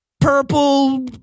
purple